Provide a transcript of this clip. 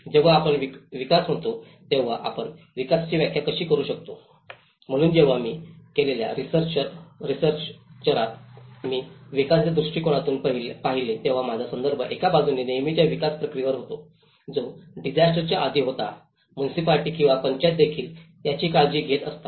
जेव्हा आपण विकास म्हणतो तेव्हा आपण विकासाची व्याख्या कशी करू शकतो म्हणून जेव्हा मी केलेल्या रिसर्चात मी विकासाच्या दृष्टीकोनातून पाहिले तेव्हा माझा संदर्भ एका बाजूने नेहमीच्या विकास प्रक्रियेवर होता जो डिसास्टरच्या आधी होता मुनिसिपालिटी किंवा पंचायत देखील त्यांची काळजी घेत असतात